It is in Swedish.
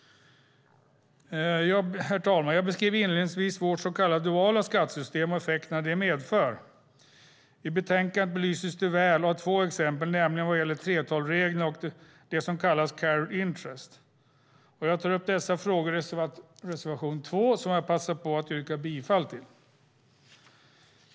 Herr talman! Jag beskrev inledningsvis vårt så kallade duala skattesystem och de effekter det medför. I betänkandet belyses det väl av två exempel, nämligen 3:12-reglerna och det som kallas carried interest. Jag tar upp dessa frågor i reservation 2, som jag passar på att yrka bifall till.